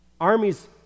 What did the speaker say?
Armies